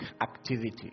activity